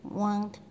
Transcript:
want